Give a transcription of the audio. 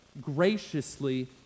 graciously